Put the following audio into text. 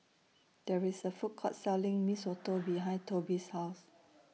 There IS A Food Court Selling Mee Soto behind Tobe's House